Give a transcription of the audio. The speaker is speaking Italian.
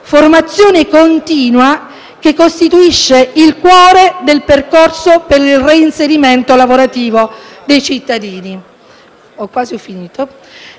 Formazione continua che costituisce il cuore del percorso per il reinserimento lavorativo dei cittadini,